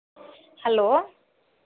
hello